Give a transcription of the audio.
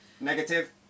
Negative